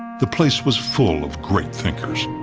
the place was full of great thinkers.